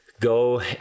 Go